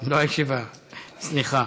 לא הישיבה, סליחה.